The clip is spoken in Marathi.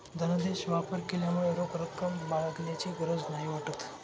धनादेश वापर केल्यामुळे रोख रक्कम बाळगण्याची गरज नाही वाटत